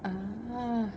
ah